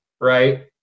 right